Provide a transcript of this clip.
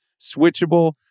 Switchable